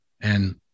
And-